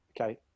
okay